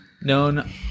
known